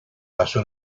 pasó